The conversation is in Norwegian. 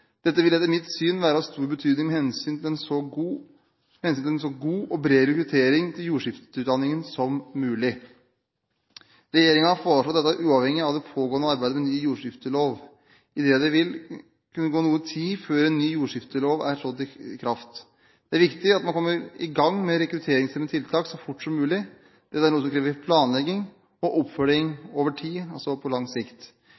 Dette vil etter mitt syn være av stor betydning med hensyn til en så god og bred rekruttering til jordskifteutdanningen som mulig. Regjeringen har foreslått dette uavhengig av det pågående arbeidet med ny jordskiftelov, idet det vil kunne gå noe tid før en ny jordskiftelov er trådt i kraft. Det er viktig at en kommer i gang med rekrutteringsfremmende tiltak så fort som mulig. Dette er noe som krever planlegging og